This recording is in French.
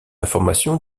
information